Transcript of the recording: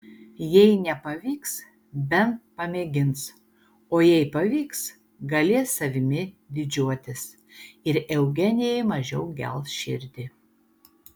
jei nepavyks bent pamėgins o jei pavyks galės savimi didžiuotis ir eugenijai mažiau gels širdį